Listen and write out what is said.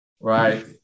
right